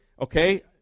Okay